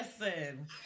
listen